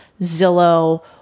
Zillow